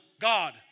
God